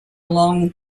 long